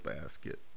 basket